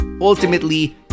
ultimately